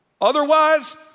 Otherwise